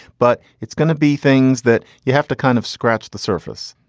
but it's gonna be things that you have to kind of scratch the surface.